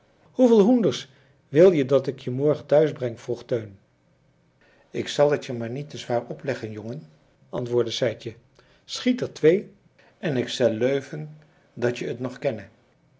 hoeveel hoenders wilje dat ik je morgen thuisbreng vroeg teun ik zal t je maar niet te zwaar opleggen jongen antwoordde sijtje schiet er twee en ik zel leuven dat je t nog kenne